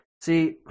See